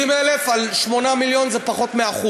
70,000 על שמונה מיליון, זה פחות מ-1%.